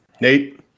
Nate